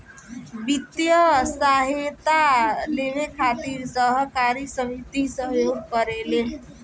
वित्तीय सहायता लेबे खातिर सहकारी समिति सहयोग करेले